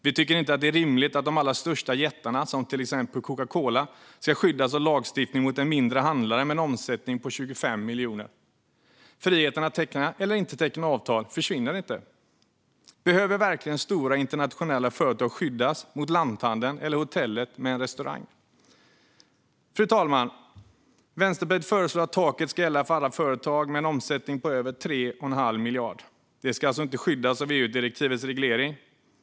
Vi tycker inte att det är rimligt att de allra största jättarna, till exempel Coca-Cola, ska skyddas av lagstiftningen mot en mindre handlare med en omsättning på 25 miljoner. Friheten att teckna eller inte teckna avtal försvinner inte. Behöver verkligen stora internationella företag skyddas mot en lanthandel eller ett hotell med restaurang? Fru talman! Vänsterpartiet föreslår att taket ska gälla för alla företag med en omsättning på över 3 1⁄2 miljard. De ska alltså inte skyddas av EU-direktivets reglering.